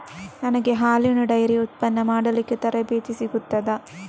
ನನಗೆ ಹಾಲಿನ ಡೈರಿ ಉತ್ಪನ್ನ ಮಾಡಲಿಕ್ಕೆ ತರಬೇತಿ ಸಿಗುತ್ತದಾ?